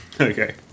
Okay